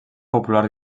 popular